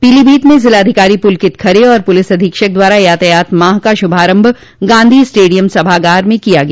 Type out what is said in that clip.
पीलीभीत में जिलाधिकारी पुलकित खरे और पुलिस अधीक्षक द्वारा यातायात माह का श्भारम्भ गांधी स्टेडियम सभागार से किया गया